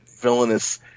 villainous